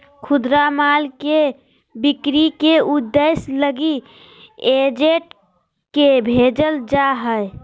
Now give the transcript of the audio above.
खुदरा माल के बिक्री के उद्देश्य लगी एजेंट के भेजल जा हइ